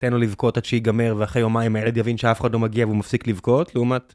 תן לו לבכות עד שיגמר ואחרי יומיים הילד יבין שאף אחד לא מגיע והוא מפסיק לבכות לעומת